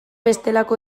bestelako